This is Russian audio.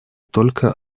только